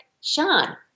sean